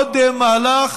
מהלך